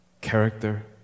Character